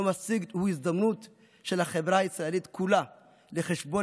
יום הסגד הוא ההזדמנות של החברה הישראלית כולה לחשבון